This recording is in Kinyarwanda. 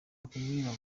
kubwira